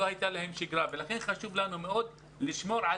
לא הייתה להם שגרה ולכן חשוב לנו מאוד לשמור על